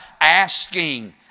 asking